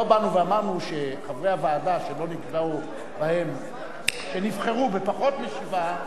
לא באנו ואמרנו שחברי הוועדה שנבחרו בפחות משבעה,